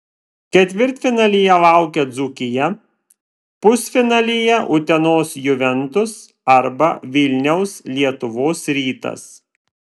ketvirtfinalyje laukia dzūkija pusfinalyje utenos juventus arba vilniaus lietuvos rytas